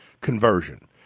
conversion